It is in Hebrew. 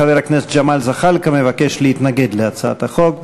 חבר הכנסת ג'מאל זחאלקה מבקש להתנגד להצעת החוק.